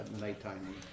nighttime